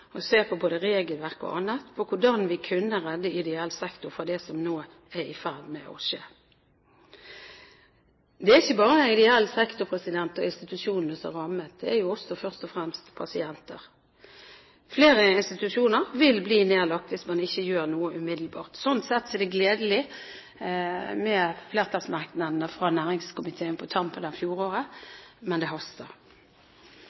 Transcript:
se på både regelverk og annet – på hvordan vi kunne redde ideell sektor fra det som nå er i ferd med å skje. Det er ikke bare ideell sektor og institusjonene som rammes, det er jo først og fremst pasienter. Flere institusjoner vil bli nedlagt hvis man ikke gjør noe umiddelbart. Sånn sett er det gledelig med flertallsmerknadene fra næringskomiteen på tampen